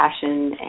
passion